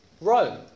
Rome